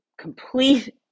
complete